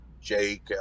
jake